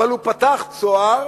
אבל הוא פתח צוהר